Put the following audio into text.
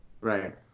Right